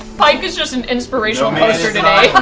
pike is just an inspirational poster today.